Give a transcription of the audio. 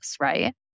right